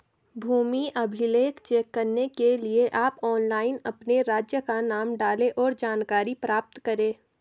भूमि अभिलेख चेक करने के लिए आप ऑनलाइन अपने राज्य का नाम डालें, और जानकारी प्राप्त करे